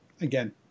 again